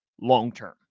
long-term